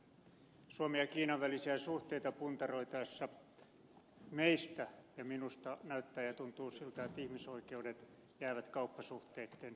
suomen ja kiinan välisiä suhteita puntaroitaessa meistä ja minusta näyttää ja tuntuu siltä että ihmisoikeudet jäävät kauppasuhteitten jalkoihin